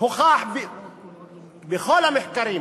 הוכח בכל המחקרים